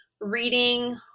reading